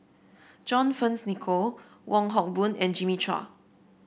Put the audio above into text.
John Fearns Nicoll Wong Hock Boon and Jimmy Chua